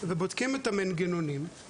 חצי מהסטודנטים